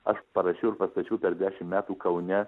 aš parašiau ir pastačiau per dešim metų kaune